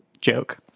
joke